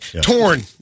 Torn